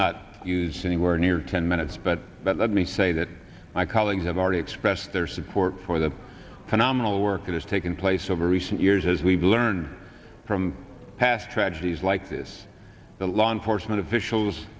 not use anywhere near ten minutes but let me say that my colleagues have already expressed their support for the phenomenal work that has taken place over recent years as we've learned from past tragedies like this the law enforcement officials